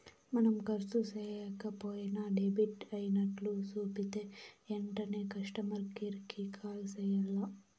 మనం కర్సు సేయక పోయినా డెబిట్ అయినట్లు సూపితే ఎంటనే కస్టమర్ కేర్ కి కాల్ సెయ్యాల్ల